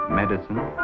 medicine